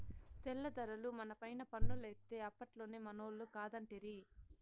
తెల్ల దొరలు మనపైన పన్నులేత్తే అప్పట్లోనే మనోళ్లు కాదంటిరి